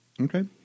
Okay